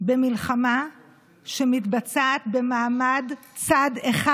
במלחמה שמתבצעת במעמד צד אחד.